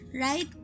Right